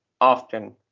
often